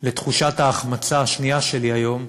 לתחושת ההחמצה השנייה שלי היום,